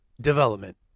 development